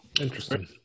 Interesting